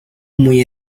muy